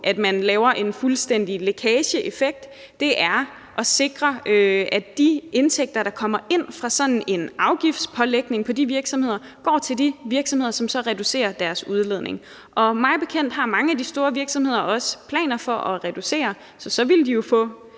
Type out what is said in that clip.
at man laver en fuldstændig lækageeffekt, er at sikre, at de indtægter, der kommer ind fra sådan en afgiftspålægning af de virksomheder, går til de virksomheder, som så reducerer deres udledning. Mig bekendt har mange af de store virksomheder også planer for at reducere, og så ville de jo få